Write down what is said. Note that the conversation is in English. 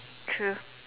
true